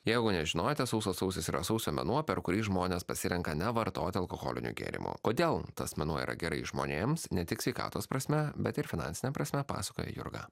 jeigu nežinojote sausas sausis yra sausio mėnuo per kurį žmonės pasirenka nevartoti alkoholinių gėrimų kodėl tas mėnuo yra gerai žmonėms ne tik sveikatos prasme bet ir finansine prasme pasakoja jurga